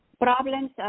Problems